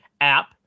app